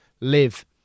live